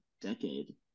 decade